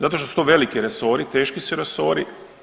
Zato što su to veliki resori, teški su resori.